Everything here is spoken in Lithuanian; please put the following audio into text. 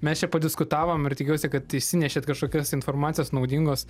mes čia padiskutavom ir tikiuosi kad išsinešėt kažkokios informacijos naudingos